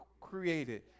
created